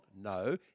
No